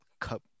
cup